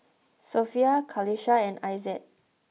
Sofea Qalisha and Aizat